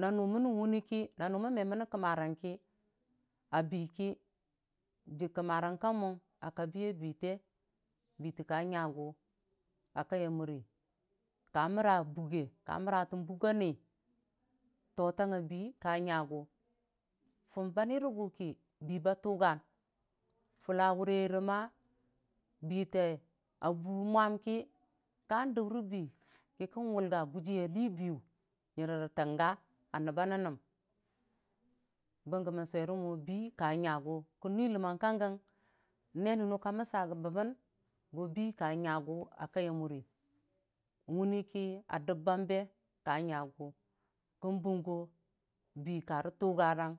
na nʊ mənni wuniki na nʊ mən meni kəmarang a bii ki dik kəmmarang ka mu a ka biya biite, biite kanyagʊ a kaiya murə ka məra buge ka məra tən buk a nii, tootangnga bii kanyagu fum banyi rʊgʊ ki bii ba tʊ gan fʊlla wurɨre biite a bu mwam ki kadəmre bii ki kən wʊlga gujiya lii biiyʊ yirə tənga a nəmba nən nəm bəge mən suwele mwo bii kanyagʊ, kən ni həmangi ka gə nee nʊnʊ ka məsa bəbən go bii kanyagʊ a kaiya murə wuni ki a dəm bambe ka nyagʊ kən bungo bii ka